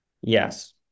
Yes